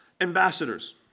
ambassadors